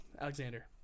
Alexander